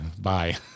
Bye